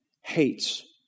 hates